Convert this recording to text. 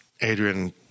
Adrian